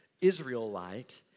Israelite